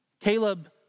Caleb